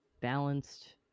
balanced